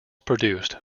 produced